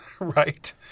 Right